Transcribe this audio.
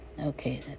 Okay